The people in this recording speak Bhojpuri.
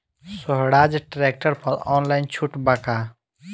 सोहराज ट्रैक्टर पर ऑनलाइन छूट बा का?